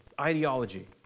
ideology